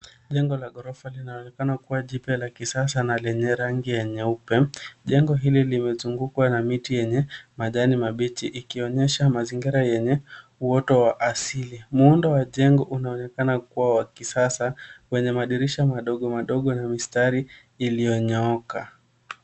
Jengo la ghorofa linaloonekana kuwa jipya la kisasa na lenye rangi ya nyeupe. Jengo hili limezungukwa na miti yenye majani mabichi ikionyesha mazingira yenye uoto wa asili. Muundo wa jengo unaonekana kuwa wa kisasa wenye madirisha madogo madogo ya mistari iliyonyooka.